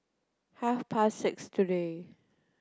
half past six today